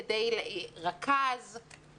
רכז,